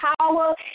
power